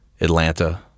atlanta